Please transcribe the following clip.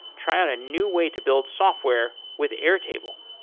try out a new way to build software with airtable.